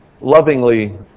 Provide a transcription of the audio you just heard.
lovingly